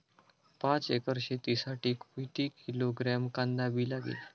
पाच एकर शेतासाठी किती किलोग्रॅम कांदा बी लागेल?